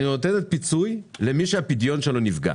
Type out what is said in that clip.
אני נותנת פיצוי למי שהפדיון שלו נפגע.